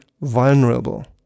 vulnerable